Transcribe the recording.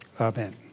Amen